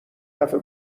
دفعه